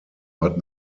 but